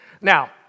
Now